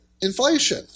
inflation